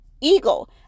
eagle